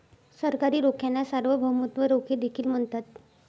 सरकारी रोख्यांना सार्वभौमत्व रोखे देखील म्हणतात